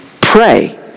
pray